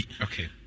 Okay